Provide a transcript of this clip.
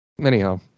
Anyhow